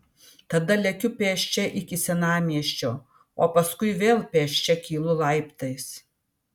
tada lekiu pėsčia iki senamiesčio o paskui vėl pėsčia kylu laiptais